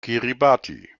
kiribati